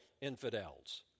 infidels